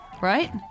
right